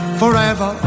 forever